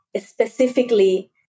specifically